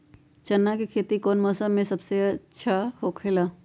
चाना के खेती कौन मौसम में सबसे अच्छा होखेला?